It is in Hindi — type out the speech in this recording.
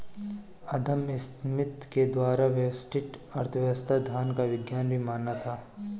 अदम स्मिथ के द्वारा व्यष्टि अर्थशास्त्र धन का विज्ञान भी माना था